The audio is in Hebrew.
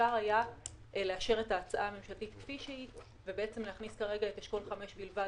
אפשר היה לאשר את ההצעה המשפטית כפי שהיא ולהכניס את אשכול 5 בלבד,